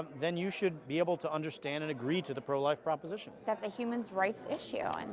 then you should be able to understand and agree to the pro-life proposition. that's a humans rights issue. ah and